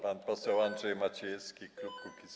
Pan poseł Andrzej Maciejewski, klub Kukiz’15.